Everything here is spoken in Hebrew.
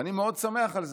ואני מאוד שמח על זה.